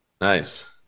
Nice